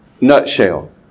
Nutshell